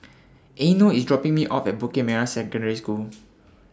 Eino IS dropping Me off At Bukit Merah Secondary School